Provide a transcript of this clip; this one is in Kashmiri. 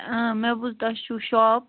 آ مےٚ بوٗز تۄہہِ چھُو شاپ